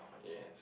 yes